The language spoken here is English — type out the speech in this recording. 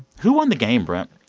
who won the game, brent?